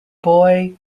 boy